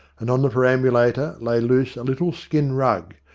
and on the perambulator lay loose a little skin rug,